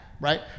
Right